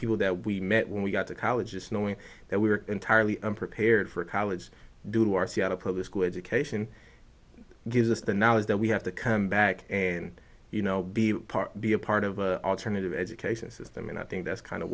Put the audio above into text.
people that we met when we got to college just knowing that we were entirely unprepared for college due to our seattle public school education gives us the knowledge that we have to come back and you know be part be a part of an alternative education system and i think that's kind of